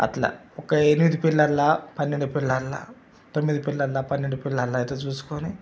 అట్లా ఒక ఎనిమిది పిల్లర్లా పన్నెండు పిల్లర్లా తొమ్మిది పిల్లర్లా పన్నెండు పిల్లర్లా అవుతాయో చూసుకొని